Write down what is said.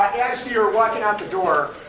you're walking out the door